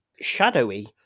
shadowy